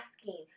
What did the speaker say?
asking